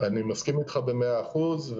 אני מסכים איתך במאה אחוז,